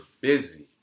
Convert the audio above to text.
busy